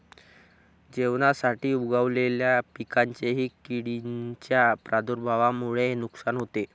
जेवणासाठी उगवलेल्या पिकांचेही किडींच्या प्रादुर्भावामुळे नुकसान होते